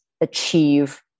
achieve